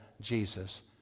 Jesus